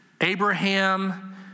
Abraham